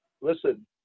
listen